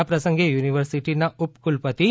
આ પ્રસંગે યુનિવર્સિટીના ઉપ કુલપતિ ડૉ